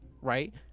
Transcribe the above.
right